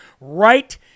right